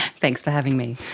thanks for having me.